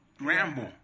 ramble